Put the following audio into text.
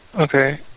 Okay